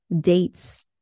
dates